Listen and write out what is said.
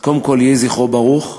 אז קודם כול, יהי זכרו ברוך,